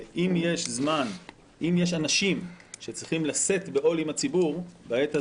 כיוון שאם יש אנשים שצריכים לשאת בעול עם הציבור בעת הזאת,